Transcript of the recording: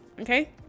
okay